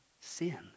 sin